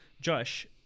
Josh